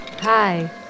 Hi